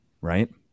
right